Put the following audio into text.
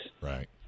Right